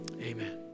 Amen